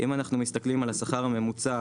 אם אנחנו מסתכלים על השכר הממוצע,